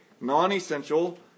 non-essential